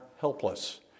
helpless